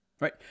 Right